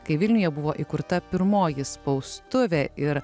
kai vilniuje buvo įkurta pirmoji spaustuvė ir